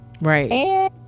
Right